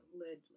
lid